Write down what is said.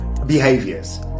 behaviors